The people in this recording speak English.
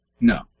No